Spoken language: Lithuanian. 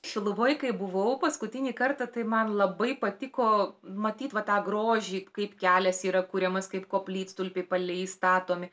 šiluvoj kai buvau paskutinį kartą tai man labai patiko matyt va tą grožį kaip kelias yra kuriamas kaip koplytstulpiai palei statomi